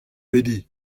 pediñ